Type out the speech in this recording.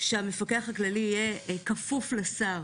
שהמפקח הכללי יהיה כפוף לשר